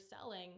selling